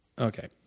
okay